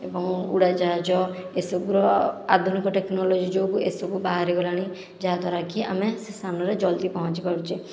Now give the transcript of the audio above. ଏବଂ ଉଡ଼ାଜାହାଜ ଏସବୁର ଆଧୁନିକ ଟେକ୍ନୋଲୋଜି ଯୋଗୁଁ ଏସବୁ ବାହାରିଗଲାଣି ଯାହାଦ୍ଵାରା କି ଆମେ ସେ ସ୍ଥାନରେ ଜଲ୍ଦି ପହଞ୍ଚି ପାରୁଛେ